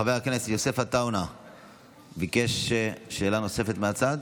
חבר הכנסת יוסף עטאונה ביקש שאלה נוספת מהצד?